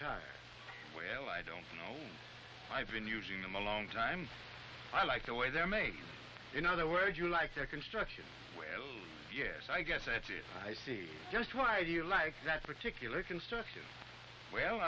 time well i don't know i've been using them a long time i like the way they're made in other words you like their construction well yes i guess i see just why do you like that particular construction well